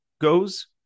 goes